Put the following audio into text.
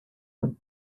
the